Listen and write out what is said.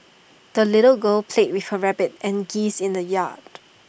the little girl played with her rabbit and geese in the yard